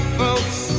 folks